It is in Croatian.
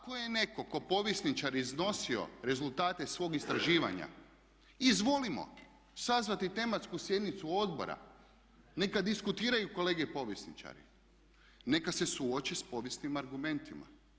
Ako je netko ko povjesničar iznosio rezultate svog istraživanja izvolimo sazvati tematsku sjednicu odbora neka diskutiraju kolege povjesničari, neka se suoče s povijesnim argumentima.